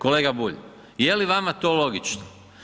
Kolega Bulj, je li vama to logično?